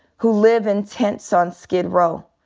who live in tents on skid row,